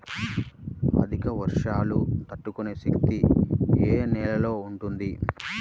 అధిక వర్షాలు తట్టుకునే శక్తి ఏ నేలలో ఉంటుంది?